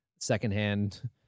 Secondhand